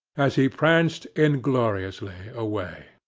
as he pranced ingloriously away.